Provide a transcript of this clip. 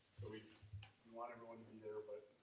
we we want everyone to be there, but.